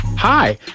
Hi